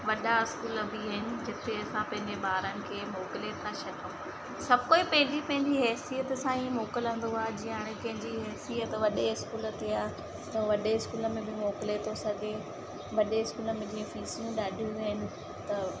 वॾा स्कूल बि आहिनि जिते असां पंहिंजे ॿारनि खे मोकिले था सघूं सभु कोई पंहिंजी पंहिंजी हैसियतु सां ई मोकिलींदो आहे जीअं हाणे कंहिंजी हैसियतु वॾे स्कूल ते आहे त वॾे स्कूल में बि मोकिले थो सघे वॾे स्कूल में जीअं फ़ीसियूं ॾाढियूं आहिनि त